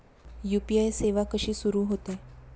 UPI सेवा कशी सुरू होते?